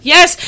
Yes